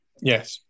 Yes